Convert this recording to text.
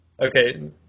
Okay